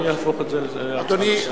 אני אהפוך את זה להצעה לסדר-היום.